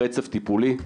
רצף טיפולי,